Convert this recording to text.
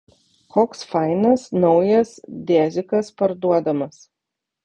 koks fainas naujas dezikas parduodamas